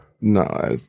no